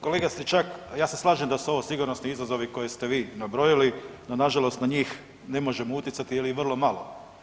Kolega Stričak, ja se slažem da su ovo sigurnosni izazovi koje ste vi nabrojili, no nažalost na njih ne možemo utjecati ili vrlo malo.